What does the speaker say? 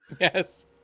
Yes